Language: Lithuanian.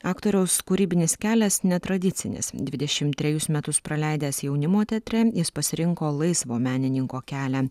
aktoriaus kūrybinis kelias netradicinis dvidešimt trejus metus praleidęs jaunimo teatre jis pasirinko laisvo menininko kelią